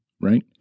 right